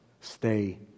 stay